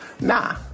Nah